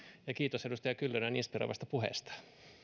ja kiitos edustaja kyllönen inspiroivasta puheesta